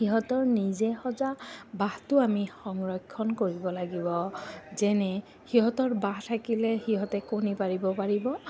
সিহঁতৰ নিজে সজা বাঁহটো আমি সংৰক্ষণ কৰিব লাগিব যেনে সিহঁতৰ বাঁহ থাকিলে সিহঁতে কণী পাৰিব পাৰিব